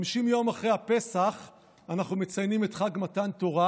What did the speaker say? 50 יום אחרי הפסח אנחנו מציינים את חג מתן תורה,